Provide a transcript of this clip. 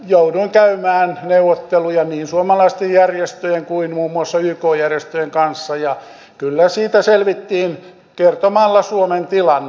jouduin käymään neuvotteluja niin suomalaisten järjestöjen kuin muun muassa yk järjestöjenkin kanssa ja kyllä siitä selvittiin kertomalla suomen tilanne